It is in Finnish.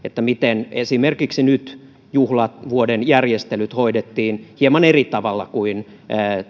miten esimerkiksi nyt juhlavuoden järjestelyt hoidettiin hieman eri tavalla kuin